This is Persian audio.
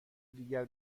دیگر